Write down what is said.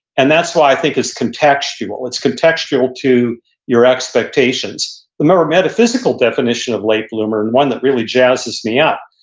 and that's why i think it's contextual. it's contextual to your expectations remember, metaphysical definition of late bloomer and one that really jazzes me up,